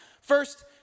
First